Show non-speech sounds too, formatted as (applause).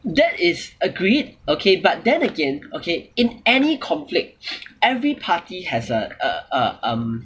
that is agreed okay but then again okay in any conflict (breath) every party has a uh uh um